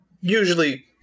usually